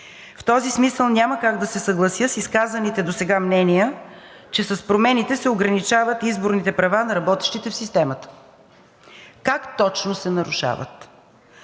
В този смисъл няма как да се съглася с изказаните досега мнения, че с промените се ограничават изборните права на работещите в системата. Как точно се нарушават?!